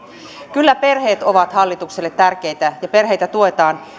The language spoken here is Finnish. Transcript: kyllä perheet ovat hallitukselle tärkeitä ja perheitä tuetaan